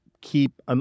keep